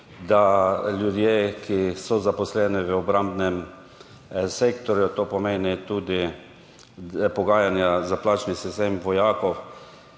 da ljudje, ki so zaposleni v obrambnem sektorju to pomeni tudi pogajanja za plačni sistem vojakov